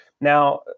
Now